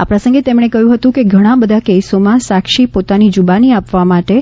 આ પ્રસંગે તેમણે કહ્યું હતું કે ઘણા બધા કેસોમાં સાક્ષી પાતાની જૂબાન આપવા માટે